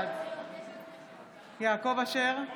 בעד יעקב אשר,